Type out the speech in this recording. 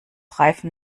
reifen